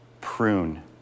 prune